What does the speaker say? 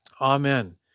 Amen